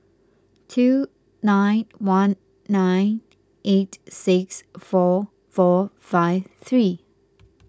two nine one nine eight six four four five three